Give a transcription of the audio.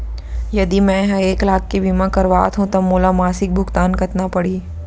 यदि मैं ह एक लाख के बीमा करवात हो त मोला मासिक भुगतान कतना पड़ही?